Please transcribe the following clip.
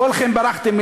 כולכם ברחתם,